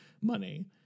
money